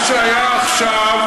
מה שהיה עכשיו,